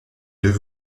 deux